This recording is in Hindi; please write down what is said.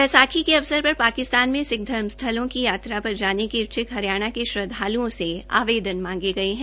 बैसाखी के अवसर पर पाकिस्तान में सिक्ख धर्म स्थलों की यात्रा पर जाने के इच्छ्क हरियाणा के श्रद्वाल्ओं से आवेदन मांगे गये है